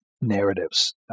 narratives